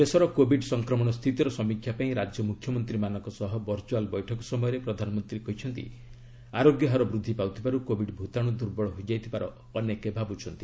ଦେଶର କୋବିଡ୍ ସଂକ୍ରମଣ ସ୍ଥିତିର ସମୀକ୍ଷା ପାଇଁ ରାଜ୍ୟ ମୁଖ୍ୟମନ୍ତ୍ରୀମାନଙ୍କ ସହ ଭର୍ଚୁଆଲ୍ ବୈଠକ ସମୟରେ ପ୍ରଧାନମନ୍ତ୍ରୀ କହିଛନ୍ତି ଆରୋଗ୍ୟ ହାର ବୃଦ୍ଧି ପାଉଥିବାରୁ କୋବିଡ୍ ଭୂତାଣୁ ଦୁର୍ବଳ ହୋଇଯାଇଥିବାର ଅନେକେ ଭାବୁଛନ୍ତି